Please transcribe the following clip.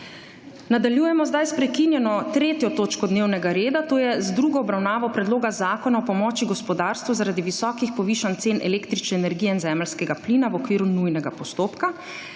Nadaljujemo sedaj s prekinjeno 3. točko dnevnega reda - druga obravnava Predloga zakona o pomoči gospodarstvu zaradi visokih povišanj cen električne energije in zemeljskega plina, v okviru nujnega postopka.